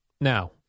Now